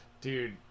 Dude